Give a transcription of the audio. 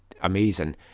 amazing